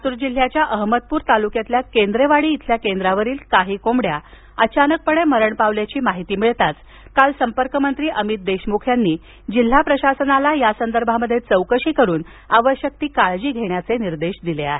लातूर जिल्ह्याच्या अहमदपूर तालुक्यातील केंद्रेवाडी इथल्या केंद्रावरील कांही कोंबड्या अचानकपणे मरण पावल्याची माहिती मिळताच संपर्क मंत्री अमित देशमुख यांनी जिल्हा प्रशासनाला यासंदर्भात चौकशी करून आवश्यक ती काळजी घेण्याचे निर्देश दिले आहेत